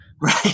Right